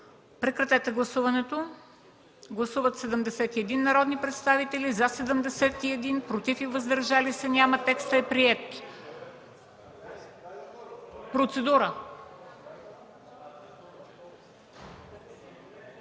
Режим на гласуване. Гласували 71 народни представители: за 71, против и въздържали се няма. Текстът е приет. Процедура.